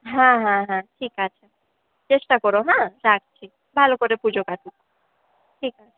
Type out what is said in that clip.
হ্যাঁ হ্যাঁ হ্যাঁ ঠিক আছে চেষ্টা কোরো হ্যাঁ রাখছি ভালো করে পুজো কাটুক ঠিক আছে